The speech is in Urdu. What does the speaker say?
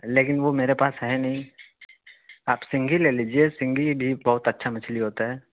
لیکن وہ میرے پاس ہے نہیں آپ سینگھی لے لیجیے سینگھی بھی بہت اچھا مچھلی ہوتا ہے